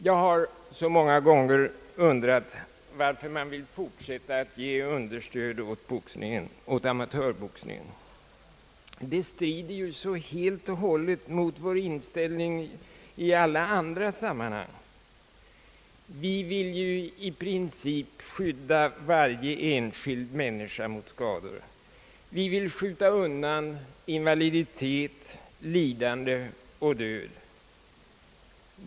Jag har många gånger undrat varför man vill fortsätta att ge understöd åt amatörboxningen. Det strider ju så helt mot vår inställning i alla andra sammanhang. Vi vill ju i princip skydda varje enskild människa mot skador, vi vill skjuta undan invaliditet, lidande och död.